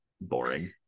boring